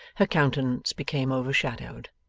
her countenance became overshadowed,